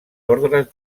ordres